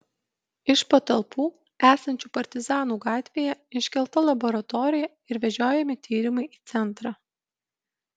iš patalpų esančių partizanų gatvėje iškelta laboratorija ir vežiojami tyrimai į centrą